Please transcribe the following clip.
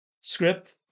script